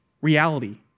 reality